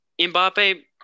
Mbappe